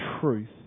truth